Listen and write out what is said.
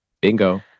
Bingo